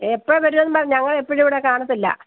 എപ്പഴാ വരുക എന്ന് പറ ഞങ്ങൾ എപ്പഴും ഇവിടെ കാണത്തില്ല